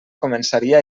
començaria